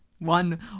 one